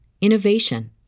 innovation